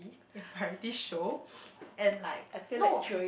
a variety show and like no